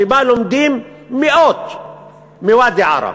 שבה לומדים מאות מוואדי-עארה,